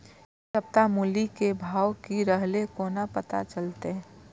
इ सप्ताह मूली के भाव की रहले कोना पता चलते?